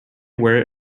where